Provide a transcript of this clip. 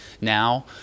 now